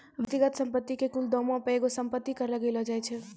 व्यक्तिगत संपत्ति के कुल दामो पे एगो संपत्ति कर लगैलो जाय छै